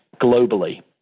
globally